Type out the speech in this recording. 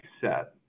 set